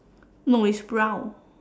no it's brown